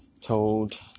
told